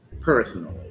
personally